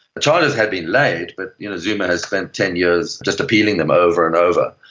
the charges had been laid, but zuma has spent ten years just appealing them over and over,